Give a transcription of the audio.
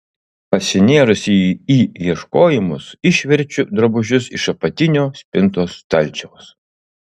pasinėrusi į ieškojimus išverčiu drabužius iš apatinio spintos stalčiaus